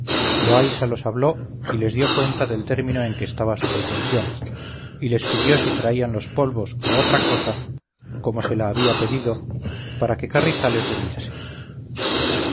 loaysa los habló y les dio cuenta del término en que estaba su pretensión y les pidió si traían los polvos o otra cosa como se la había pedido para que carrizales durmiese